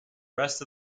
rest